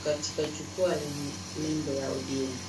katika jukwaa lenye nembo ya ODM.